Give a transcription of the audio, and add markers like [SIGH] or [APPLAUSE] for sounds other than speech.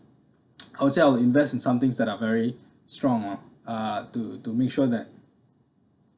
[NOISE] I would say I would invest in somethings that are very strong uh to to make sure that